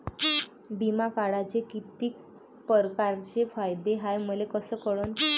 बिमा काढाचे कितीक परकारचे फायदे हाय मले कस कळन?